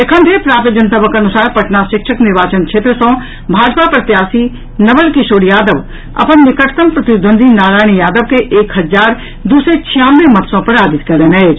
एखन धरि प्राप्त जनतबक अनुसार पटना शिक्षक निर्वाचन क्षेत्र सँ भाजपा प्रत्याशी नवल किशोर यादव अपन निकटतम प्रतिद्वंदी नारायण यादव के एक हजार दू सय छियानवे मत सँ पराजित कयलनि अछि